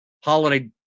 Holiday